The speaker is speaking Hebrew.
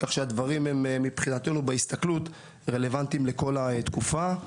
כך שהדברים מבחינתנו בהסתכלות רלוונטיים לכל התקופה.